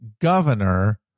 governor